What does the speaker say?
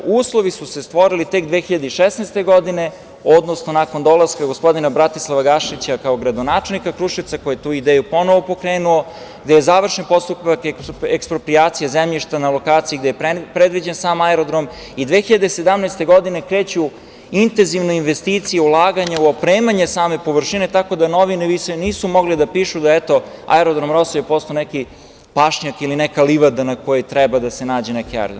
Uslovi su se stvorili tek 2016. godine, odnosno nakon dolaska gospodina Bratislava Gašića kao gradonačelnika Kruševca, koji je tu ideju ponovo pokrenuo, gde je završen postupak eksproprijacije zemljišta na lokaciji gde je predviđen sam aerodrom i 2017. godine kreću intenzivne investicije i ulaganja u opremanje same površine, tako da novine više nisu mogle da pišu da je, eto, aerodrom „Rosulje“ postao neki pašnjak ili neka livada na kojoj treba da se nađe neki aerodrom.